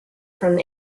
from